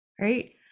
right